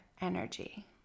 energy